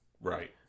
Right